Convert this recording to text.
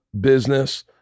business